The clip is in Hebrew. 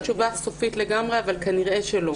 אין לי תשובה סופית לגמרי אבל כנראה שלא.